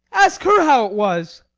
ask her how it was!